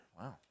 Wow